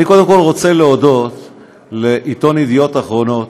אני קודם כול רוצה להודות לעיתון ידיעות אחרונות,